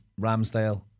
Ramsdale